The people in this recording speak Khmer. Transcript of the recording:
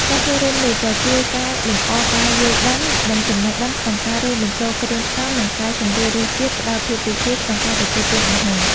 ការចូលរួមនេះក៏ជួយកែលម្អការយល់ដឹង និងចំណេះដឹងក្នុងការរួមបញ្ចូលគ្រឿងផ្សំ និងកែសម្រួលរសជាតិ ផ្ដល់ភាពរីករាយក្នុងការទទួលទានអាហារ។